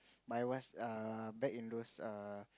my wise err back in those err